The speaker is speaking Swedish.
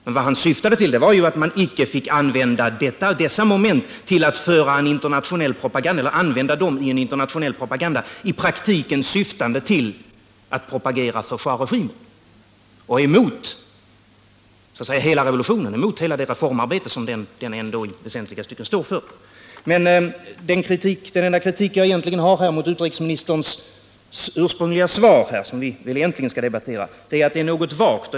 Men vad han syftade till var att man icke fick använda dessa moment i en internationell propaganda som i praktiken syftar till att kämpa för schahregimen och emot revolutionen och hela det reformarbete som den ändå i väsentliga stycken står för. Den enda kritik som jag har att framföra mot utrikesministerns ursprungliga svar — vilket är det som vi egentligen skall debattera — är att det är något vagt.